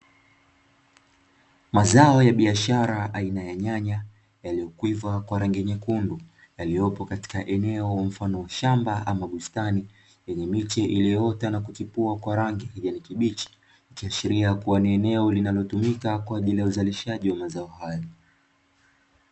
Mazao ya biashara aina ya nyanya yaliyoiva kwa rangi nyekundu, yaliyopo katika eneo mfano wa shamba ama bustani kwenye miti iliyoota na kuchipua kwa rangi kijani kibichi, ikiashiria kuwa ni eneo linalotumika kwa ajili ya uzalishaji wa mazao.